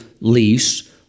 lease